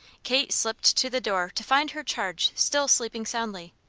kate slipped to the door to find her charge still sleeping soundly.